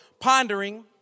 pondering